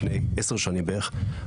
לפני 10 שנים בערך,